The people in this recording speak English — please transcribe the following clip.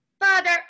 Father